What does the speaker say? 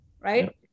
right